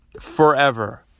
forever